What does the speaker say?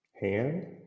hand